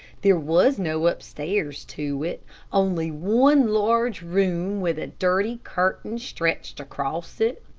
there was no upstairs to it only one large room with a dirty curtain stretched across it.